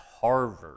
Harvard